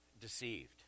deceived